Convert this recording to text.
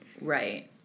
right